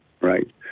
right